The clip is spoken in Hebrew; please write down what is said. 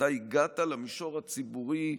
אתה הגעת למישור הציבורי,